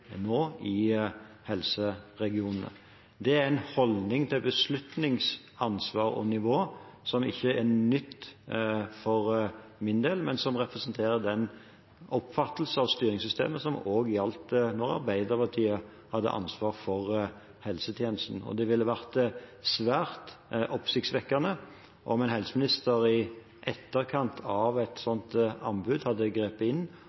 nå ligger i helseregionene. Det er en holdning til beslutningsansvar og -nivå som ikke er nytt for min del, men som representerer den oppfattelse av styringssystemet som også gjaldt da Arbeiderpartiet hadde ansvar for helsetjenesten. Det ville vært svært oppsiktsvekkende om en helseminister i etterkant av et slikt anbud hadde grepet inn